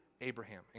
Abraham